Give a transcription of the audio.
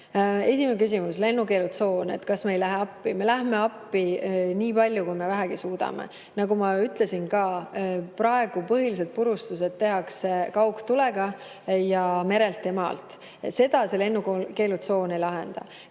küsimus, lennukeelutsoon. Kas me ei lähe appi? Me läheme appi nii palju, kui me vähegi suudame. Nagu ma ka ütlesin, praegu põhilised purustused tehakse kaugtulega merelt ja maalt. Seda see lennukeelutsoon ei lahenda.